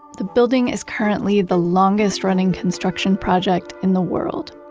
the building is currently the longest-running construction project in the world.